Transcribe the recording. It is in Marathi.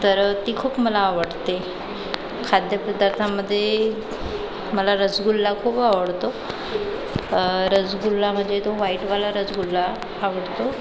तर ती खूप मला आवडते खाद्यपदार्थामध्ये मला रसगुल्ला खूप आवडतो रसगुल्ला म्हणजे तो व्हाईटवाला रसगुल्ला आवडतो